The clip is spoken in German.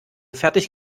fertig